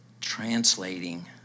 translating